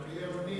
"גיא אוני".